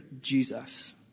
Jesus